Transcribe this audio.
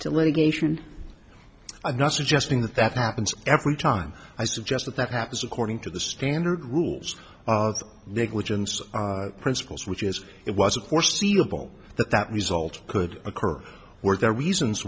to litigation i'm not suggesting that that happens every time i suggest that that happens according to the standard rules of negligence principles which is it wasn't foreseeable that that result could occur where there are reasons